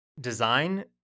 design